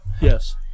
Yes